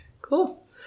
Cool